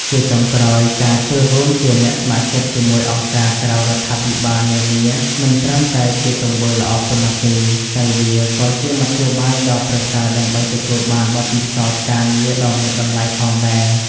ជាចុងក្រោយការចូលរួមជា អ្នកស្ម័គ្រចិត្តជាមួយអង្គការក្រៅរដ្ឋាភិបាលនានា មិនត្រឹមតែជាទង្វើល្អប៉ុណ្ណោះទេ តែវាក៏ជា មធ្យោបាយដ៏ប្រសើរដើម្បីទទួលបានបទពិសោធន៍ការងារដ៏មានតម្លៃ ផងដែរ។